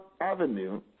Avenue